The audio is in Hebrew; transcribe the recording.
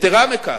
יתירה מכך,